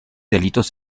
delitos